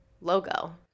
logo